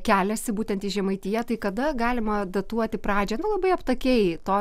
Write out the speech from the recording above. keliasi būtent į žemaitiją tai kada galima datuoti pradžią nu labai aptakiai to